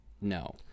no